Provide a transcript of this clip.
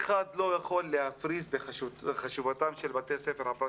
אף אחד לא יכול להפריז בחשיבותם של בתי הספר הפרטיים.